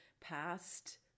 past